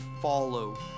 follow